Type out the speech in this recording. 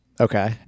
Okay